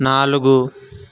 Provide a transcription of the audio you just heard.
నాలుగు